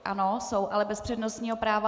Ano, jsou, ale bez přednostního práva.